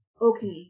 Okay